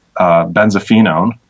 benzophenone